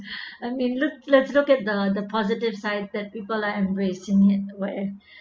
I mean look let's look at the positive side that people are embracing it